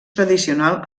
tradicional